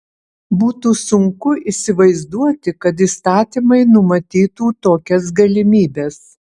būtų sunku įsivaizduoti kad įstatymai numatytų tokias galimybes